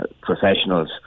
professionals